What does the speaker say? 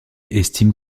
estime